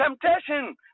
temptation